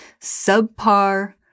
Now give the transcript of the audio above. subpar